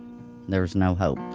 there's no hope